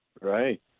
Right